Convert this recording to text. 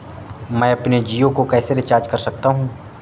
मैं अपने जियो को कैसे रिचार्ज कर सकता हूँ?